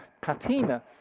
patina